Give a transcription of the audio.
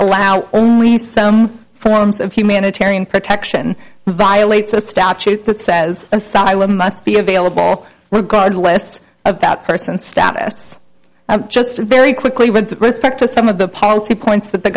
allow only some forms of humanitarian protection violates a statute that says asylum must be available regardless of that person's status just very quickly with respect to some of the policy points that the